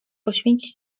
poświęcić